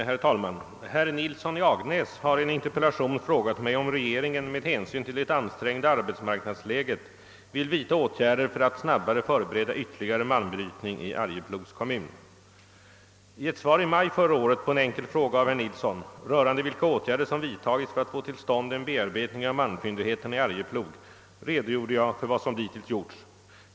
Herr talman! Herr Nilsson i Agnäs har i en interpellation frågat mig om :regeringen med: hänsyn till det ansträngda arbetsmarknadsläget vill. vidta : åtgärder för att snabbare förbereda ytterligare malmbrytning i Arjeplogs kommun. I ett svar i maj förra året på en enkel fråga av herr. Nilsson rörande vilka åtgärder som vidtagits: för att få till stånd en bearbetning av malmfyndigheterna i Arjeplog redogjorde jag för vad som dittills gjorts.